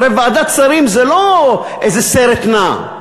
הרי ועדת שרים זה לא איזה סרט נע.